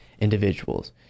individuals